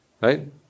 right